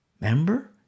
Remember